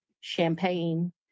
champagne